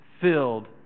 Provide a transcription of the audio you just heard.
filled